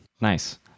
nice